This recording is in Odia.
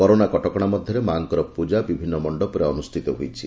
କରୋନା କଟକଣା ମଧ୍ଘରେ ମା'ଙ୍କର ପୂକା ବିଭିନ୍ନ ମଣ୍ଡପରେ ଅନୁଷ୍ଟିତ ହୋଇଛି